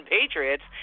Patriots